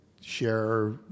share